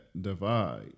divide